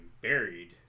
buried